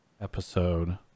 episode